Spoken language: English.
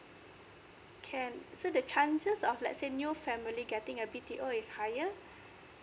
can so the chances of let's say new family getting a B T O is higher